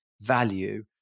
value